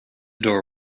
door